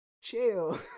chill